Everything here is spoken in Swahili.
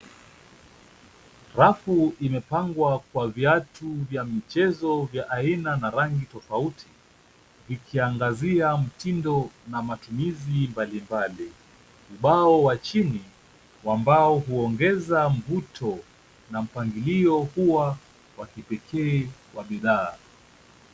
Rafu imepangwa kwa viatu vya michezo vya aina na rangi tofauti, vikiangazia mtindo na matumizi mbalimbali. Umbao wa chini wa mbao huongeza mvuto na mpangilio huwa wa kipekee wa bidhaa.